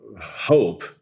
hope